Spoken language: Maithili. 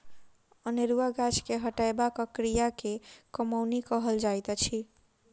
अनेरुआ गाछ के हटयबाक क्रिया के कमौनी कहल जाइत अछि